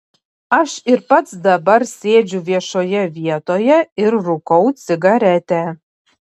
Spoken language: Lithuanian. aš ir pats dabar sėdžiu viešoje vietoje ir rūkau cigaretę